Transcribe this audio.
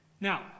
Now